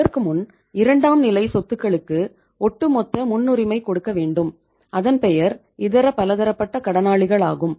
அதற்குமுன் இரண்டாம் நிலை சொத்துக்களுக்கு ஒட்டுமொத்த முன்னுரிமை கொடுக்க வேண்டும் அதன் பெயர் இதர பலதரப்பட்ட கடனாளிகள் ஆகும்